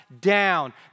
down